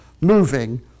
moving